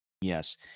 Yes